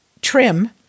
Trim